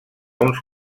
uns